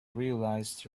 realize